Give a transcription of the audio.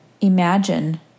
imagine